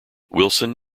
wilson